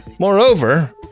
Moreover